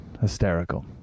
hysterical